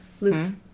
Loose